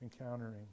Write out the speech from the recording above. encountering